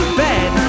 bed